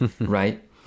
right